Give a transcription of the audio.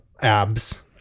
abs